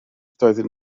doedden